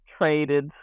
traded